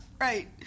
Right